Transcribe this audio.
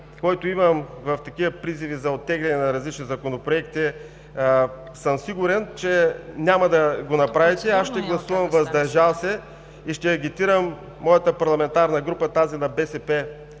като имам опит в такива призиви за оттегляне на различни законопроекти, съм сигурен, че няма да го направите. Затова ще гласувам „въздържал се“ и ще агитирам моята парламентарна група на „БСП